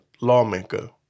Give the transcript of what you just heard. lawmaker